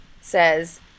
says